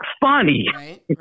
funny